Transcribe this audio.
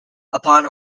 upon